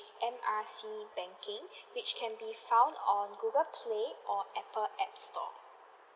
M R C banking which can be found on google play or apple app store